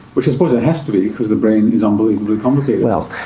which i suppose it has to be because the brain is unbelievably complicated. well,